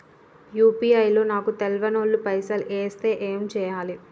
UPI లో నాకు తెల్వనోళ్లు పైసల్ ఎస్తే ఏం చేయాలి?